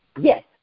Yes